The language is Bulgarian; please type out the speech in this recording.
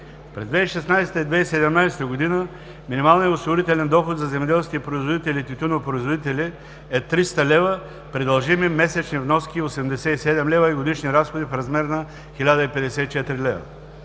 През 2016 г. и 2017 г. минималният осигурителен доход за земеделските производители и тютюнопроизводители е 300 лв. при дължими месечни вноски 87 лв. и годишни разходи в размер на 1054 лв.